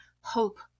hope